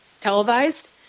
televised